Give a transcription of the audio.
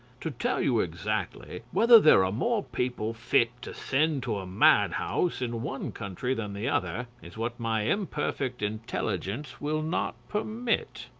to tell you exactly, whether there are more people fit to send to a madhouse in one country than the other, is what my imperfect intelligence will not permit.